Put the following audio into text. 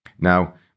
Now